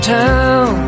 town